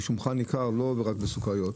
רישומך ניכר לא רק בסוכריות,